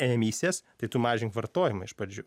emisijas tai tu mažink vartojimą iš pradžių